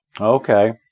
Okay